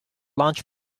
launch